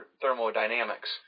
thermodynamics